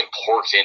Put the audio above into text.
important